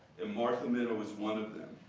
and martha minow is one of them.